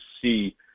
see